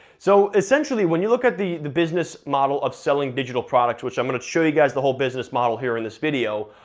so essentially when you look at the the business model of selling digital products, which i'm gonna show you guys the whole business model here in this video,